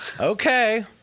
Okay